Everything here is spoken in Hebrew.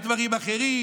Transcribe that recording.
על דברים אחרים,